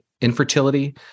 infertility